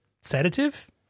sedative